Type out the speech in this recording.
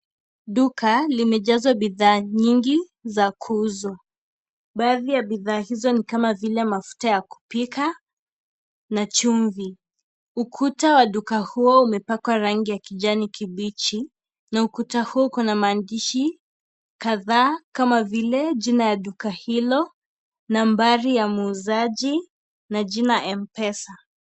Duka limejazwa bidhaa nyingi za kuuzwa baadhi ya bidhaa hizo ni kama vile mafuta ya kupika na chumvi, ukuta wa duka huo umepakwa rangi ya kijanikibichi, na ukuta huo uko na maandishi kadhaa kama vile jina la duka hilo, nambari ya muuzaji na jina Mpesa.